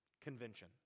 convention